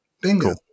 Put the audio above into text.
bingo